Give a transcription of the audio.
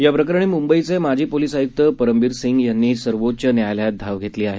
याप्रकरणी मुंबईचे माजी पोलीस आयुक्त परमबीर सिंग यांनी सर्वोच्च न्यायालयात धाव घेतली आहे